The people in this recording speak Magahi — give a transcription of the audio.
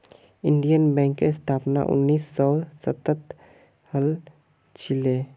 इंडियन बैंकेर स्थापना उन्नीस सौ सातत हल छिले